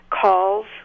calls